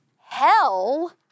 hell